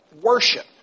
worship